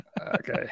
Okay